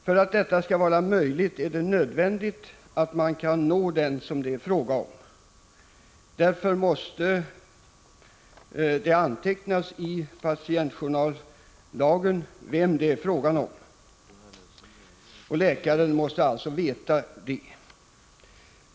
För att detta skall vara möjligt är det nödvändigt att man kan nå den som det är fråga om. Därför måste det i patientjournalen antecknas vem patienten är, och läkaren måste veta det.